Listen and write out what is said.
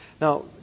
Now